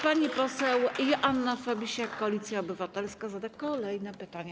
Pani poseł Joanna Fabisiak, Koalicja Obywatelska, zada kolejne pytanie.